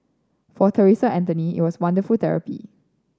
for Theresa Anthony it was wonderful therapy